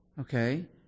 Okay